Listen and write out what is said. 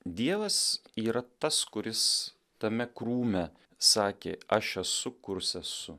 dievas yra tas kuris tame krūme sakė aš esu kurs esu